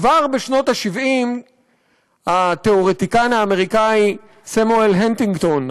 כבר בשנות ה-70 התיאורטיקן האמריקני סמואל הנטינגטון,